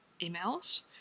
emails